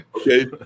okay